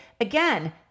again